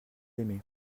aimé